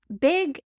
big